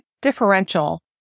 differential